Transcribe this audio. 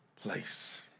place